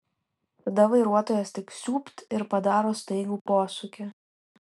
tada vairuotojas tik siūbt ir padaro staigų posūkį